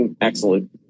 excellent